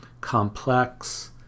complex